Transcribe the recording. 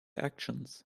actions